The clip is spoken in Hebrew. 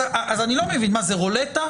אז אני לא מבין, זה רולטה?